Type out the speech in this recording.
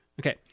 Okay